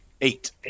Eight